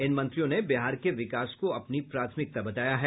इन मंत्रियों ने बिहार के विकास को अपनी प्राथमिकता बताया है